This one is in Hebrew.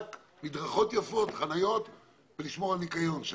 רק מדרכות יפות, חניות ולשמור על ניקיון שם.